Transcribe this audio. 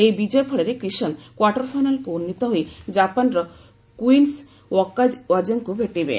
ଏହି ବିଜୟ ଫଳରେ କ୍ରିଶନ କ୍ୱାର୍ଟରଫାଇନାଲ୍କୁ ଉନ୍ନୀତ ହୋଇ ଜାପାନର କ୍ୱିଇନ୍ନି ଓକାୱାଜାଙ୍କୁ ଭେଟିବେ